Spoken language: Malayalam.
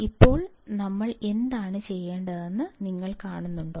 ഇപ്പോൾ ഞങ്ങൾ എന്താണ് ചെയ്യേണ്ടതെന്ന് നിങ്ങൾ കാണുന്നുണ്ടോ